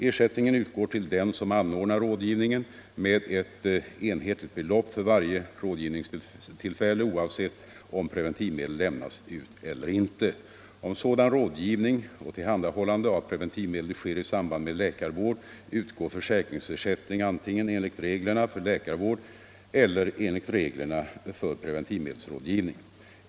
Ersättningen utgår till den som anordnar rådgivningen med ett enhetligt belopp för varje rådgivningstillfälle oavsett om preventivmedel lämnas ut eller inte. Om sådan rådgivning och tillhandahållande av preventivmedel sker i samband med läkarvård utgår försäkringsersättning antingen enligt reglerna för läkarvård eller enligt reglerna för preventivmedelsrådgivning.